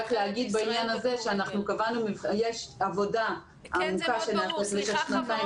אני רק רוצה להגיד בעניין הזה שיש עבודה עמוקה --- חברות,